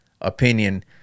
opinion